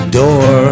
door